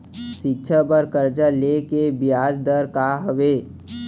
शिक्षा बर कर्जा ले के बियाज दर का हवे?